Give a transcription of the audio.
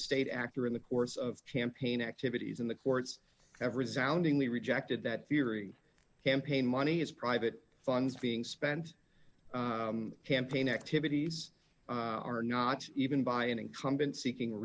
state actor in the course of champaign activities in the courts have resoundingly rejected that theory campaign money is private funds being spent campaign activities are not even by an incumbent seeking